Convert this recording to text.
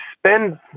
spend